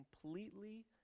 completely